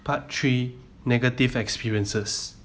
part three negative experiences